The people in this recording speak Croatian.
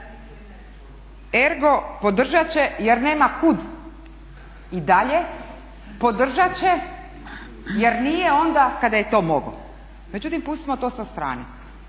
Ergo podržat će jer nema kud. I dalje, podržat će jer nije onda kada je to mogao. Međutim, pustimo to sa strane.